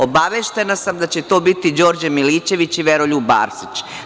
Obaveštena sam da će to biti Đorđe Milićević i Veroljub Arsić.